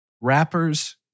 rappers